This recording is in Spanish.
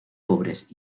pobres